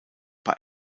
bei